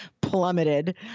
plummeted